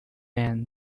end